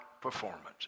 performance